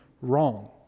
wrong